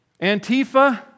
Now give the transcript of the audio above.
Antifa